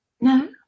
no